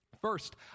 First